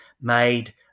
made